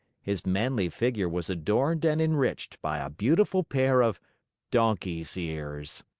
his manly figure was adorned and enriched by a beautiful pair of donkey's ears.